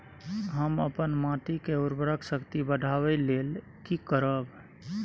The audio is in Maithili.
हम अपन माटी के उर्वरक शक्ति बढाबै लेल की करब?